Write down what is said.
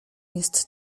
jest